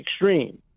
extreme